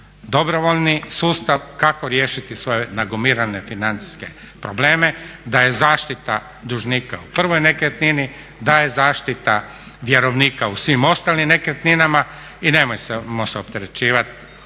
dobrovoljni sustav kako riješiti svoje nagomilane financijske probleme, da je zaštita dužnika u prvoj nekretnini, da je zaštita vjerovnika u svim ostalim nekretninama i nemojmo se opterećivati